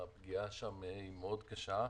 הפגיעה שם היא מאוד קשה.